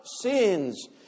sins